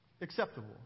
acceptable